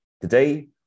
Today